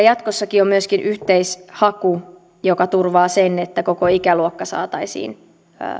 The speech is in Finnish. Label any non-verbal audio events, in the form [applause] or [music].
[unintelligible] jatkossakin on myöskin yhteishaku joka turvaa sen että koko ikäluokka saataisiin